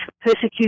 persecution